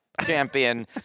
Champion